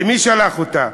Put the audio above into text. למי שלח אותה?